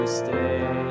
stay